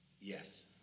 yes